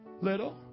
Little